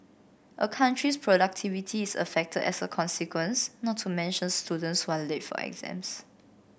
a country's productivity is affected as a consequence not to mention students who are late for exams